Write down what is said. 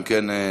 אם כן,